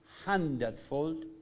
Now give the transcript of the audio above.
hundredfold